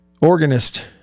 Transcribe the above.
organist